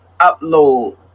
upload